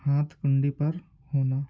ہاتھ کنڈی پر ہونا